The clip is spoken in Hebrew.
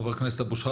חבר הכנסת אבו שחאדה,